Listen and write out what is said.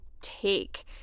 take